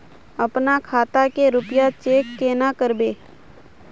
अपना खाता के रुपया चेक केना करबे?